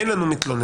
אין לנו מתלוננים.